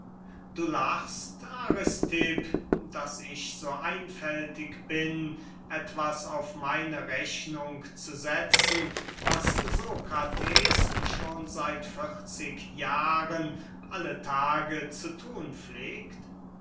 du lachst aristipp daß ich so einfältig bin etwas auf meine rechnung zu setzen was sokrates schon seit vierzig jahren alle tage zu thun pflegt